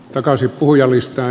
takaisin puhujalistaan